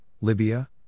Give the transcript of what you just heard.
Libya